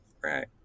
right